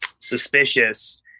suspicious